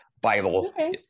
Bible